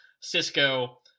Cisco